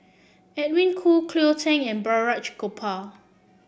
Edwin Koo Cleo Thang and Balraj Gopal